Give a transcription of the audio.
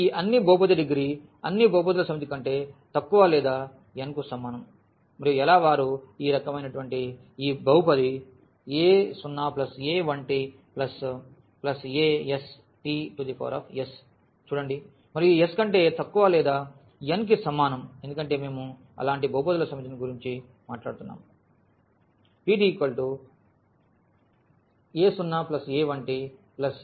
ఈ అన్ని బహుపది డిగ్రీ అన్ని బహుపదుల సమితి కంటే తక్కువ లేదా n కు సమానం మరియు ఎలా వారు ఈ రకమైనవంటి ఈ బహుపది a0a1tasts చూడండి మరియు ఈ s కంటే తక్కువ లేదా n కి సమానం ఎందుకంటే మేము అలాంటి బహుపదుల సమితి గురించి మాట్లాడుతున్నాము